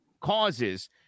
causes